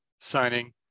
signing